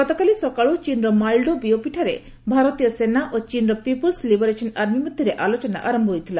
ଗତକାଲି ସକାଳୁ ଚୀନ୍ର ମୋଲ୍ଡୋ ବିଓପିଠାରେ ଭାରତୀୟ ସେନା ଓ ଚୀନ୍ର ପିପ୍ରଲ୍ସ୍ ଲିବରେସନ୍ ଆର୍ମି ମଧ୍ୟରେ ଆଲୋଚନା ଆରମ୍ଭ ହୋଇଥିଲା